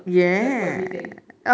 like for everything